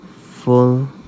full